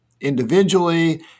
individually